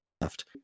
left